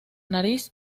nariz